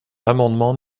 l’amendement